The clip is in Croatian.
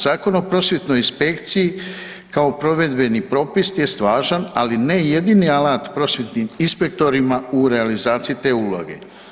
Zakon o prosvjetnoj inspekciji kao provedbeni propis jest važan, ali ne jedini alat prosvjetnim inspektorima u realizaciji te uloge.